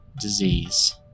disease